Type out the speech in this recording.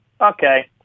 okay